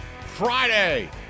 Friday